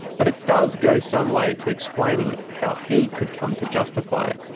but it does go some way to explaining how he could come to justify it.